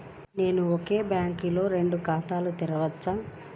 నేను ఒకే బ్యాంకులో రెండు ఖాతాలు తెరవవచ్చా?